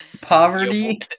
Poverty